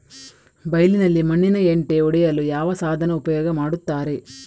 ಬೈಲಿನಲ್ಲಿ ಮಣ್ಣಿನ ಹೆಂಟೆ ಒಡೆಯಲು ಯಾವ ಸಾಧನ ಉಪಯೋಗ ಮಾಡುತ್ತಾರೆ?